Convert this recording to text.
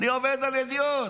אני עובד על ידיעות,